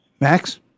Max